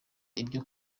ibyo